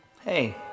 Hey